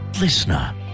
listener